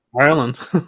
Ireland